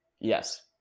Yes